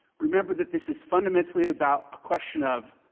remember that this is fundamentally about a question of,